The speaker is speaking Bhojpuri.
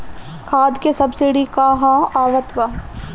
खाद के सबसिडी क हा आवत बा?